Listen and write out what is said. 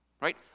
Right